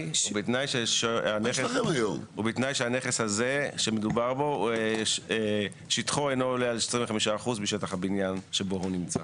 בתנאי שהנכס שמדובר בו שטחו אינו עולה על 25% משטח הבניין שבו הוא נמצא.